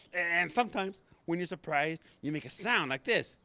and sometimes when you're surprised you make a sounds like this,